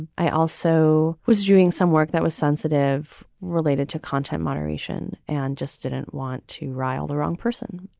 i also was doing some work that was sensitive, related to content, moderation, and just didn't want to rile the wrong person.